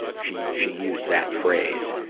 she, she used that phrase.